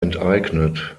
enteignet